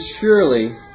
surely